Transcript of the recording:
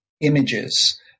images